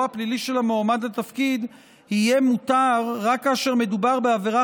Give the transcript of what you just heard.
הפלילי של המועמד לתפקיד יהיה מותר רק כאשר מדובר בעבירה